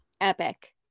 epic